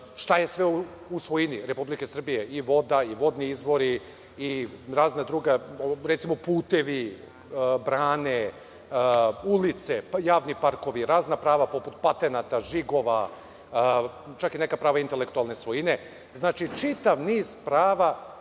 šta je sve u svojini Republike Srbije, i voda i vodni izvori, i razna druga, recimo putevi, brane, ulice, javni parkovi, razna prava oko patenata, žigova, čak i neka prava intelektualne svojine. Znači čitav niz prava